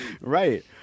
right